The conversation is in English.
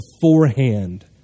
beforehand